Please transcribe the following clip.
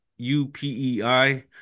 UPEI